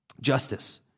justice